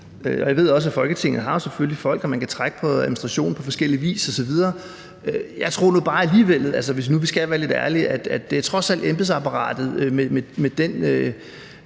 jeg ved jo også, at Folketinget har folk, og at man kan trække på administrationen på forskellig vis osv. Jeg tror nu bare alligevel, hvis vi nu skal være lidt ærlige, at det